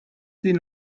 sie